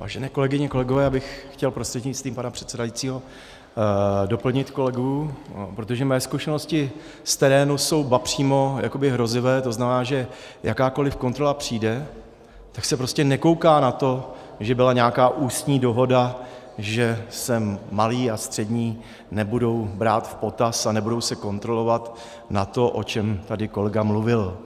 Vážené kolegyně a kolegové, já bych chtěl prostřednictvím pana předsedajícího doplnit kolegu, protože moje zkušenosti z terénu jsou ba přímo jakoby hrozivé, to znamená, že jakákoli kontrola přijde, tak se prostě nekouká na to, že byla nějaká ústní dohoda, že se malí a střední nebudou brát v potaz a nebudou se kontrolovat, na to, o čem tady kolega mluvil,